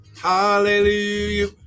Hallelujah